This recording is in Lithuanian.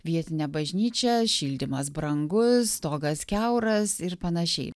vietinę bažnyčią šildymas brangus stogas kiauras ir panašiai